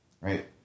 Right